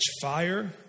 fire